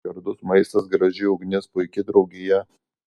gardus maistas graži ugnis puiki draugija